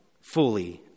Fully